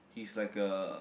he's like a